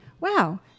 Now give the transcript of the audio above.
wow